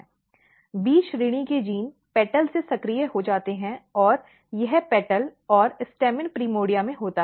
B श्रेणी के जीन पंखुड़ी से सक्रिय हो जाते हैं और यह पंखुड़ी और स्टैमेन प्रिमोर्डिया में होता है